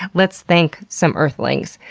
let's thank some earthlings.